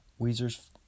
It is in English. Weezer's